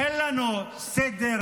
אין לנו סדר